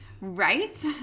Right